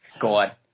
God